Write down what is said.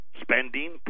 spending